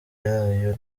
yayo